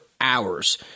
hours